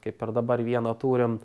kaip ir dabar vieną turim